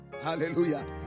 Hallelujah